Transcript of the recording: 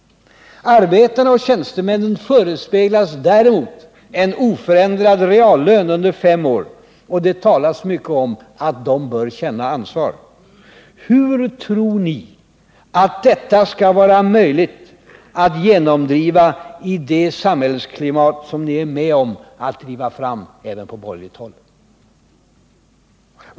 Arbetarna och tjänstemännen förespeglas däremot oförändrad reallön under fem år, och det talas mycket om att de bör känna ansvar. Hur tror ni att detta skall vara möjligt att genomdriva i det samhällsklimat som ni är med om att driva fram även på borgerligt håll?